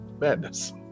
Madness